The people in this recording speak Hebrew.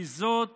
כי זאת